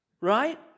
Right